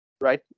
Right